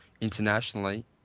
internationally